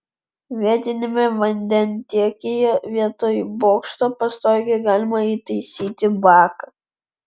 vietiniame vandentiekyje vietoj bokšto pastogėje galima įtaisyti baką